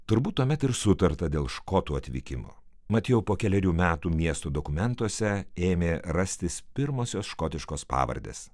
turbūt tuomet ir sutarta dėl škotų atvykimo mat jau po kelerių metų miesto dokumentuose ėmė rastis pirmosios škotiškos pavardės